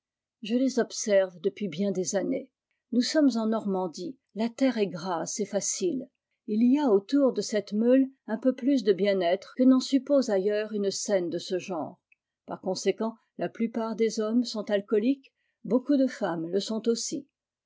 je les observe depuis bien des années noua sommes en normandie la terre est grasse et faeile u y a autour de cette meule un peu plus de bien-être que n'en suppose ailleurs une scène de ce genre par conséquent la plupart des hommes sont alcooliques beaucoup de femmes le sont aussi